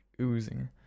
oozing